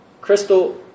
crystal